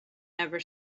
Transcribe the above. never